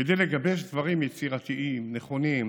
כדי לגבש דברים יצירתיים, נכונים,